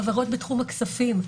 בעבירות בתחום הכספים.